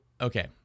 okay